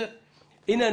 הנה,